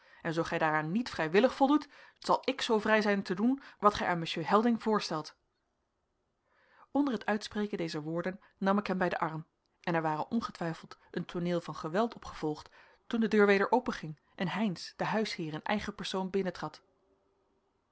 en zoo gij daaraan niet vrijwillig voldoet zal ik zoo vrij zijn te doen wat gij aan monsieur helding voorstelt onder het uitspreken dezer woorden nam ik hem bij den arm an er ware ongetwijfeld een tooneel van geweld op gevolgd toen de deur weder openging en heynsz de huisheer in eigen persoon binnentrad